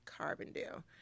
Carbondale